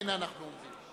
והנה אנחנו אומרים.